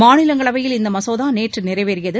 மாநிலங்களவையில் இந்த மசோதா நேற்று நிறைவேறியது